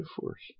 force